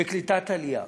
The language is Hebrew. בקליטת עלייה.